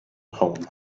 poem